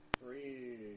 Three